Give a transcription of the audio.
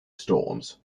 storms